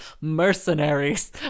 mercenaries